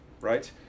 right